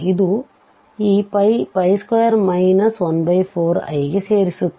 ಇದು ಈ 2 14i ಗೆ ಸೇರಿಸುತ್ತದೆ